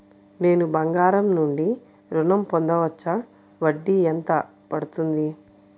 నేను బంగారం నుండి ఋణం పొందవచ్చా? వడ్డీ ఎంత పడుతుంది?